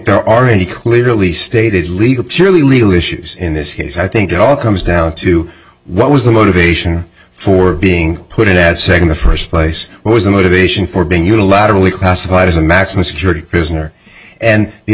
there are any clearly stated legal purely legal issues in this case i think it all comes down to what was the motivation for being put in that second the first place was the motivation for being unilaterally classified as a maximum security prison or and the